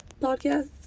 podcast